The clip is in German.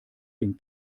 den